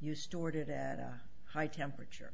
you stored it that high temperature